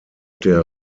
der